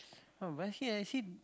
oh basket I see